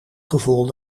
gevoel